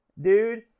dude